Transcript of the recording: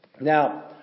Now